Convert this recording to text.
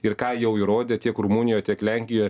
ir ką jau įrodė tiek rumunijoje tiek lenkijoje